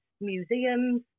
museums